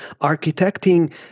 Architecting